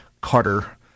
Carter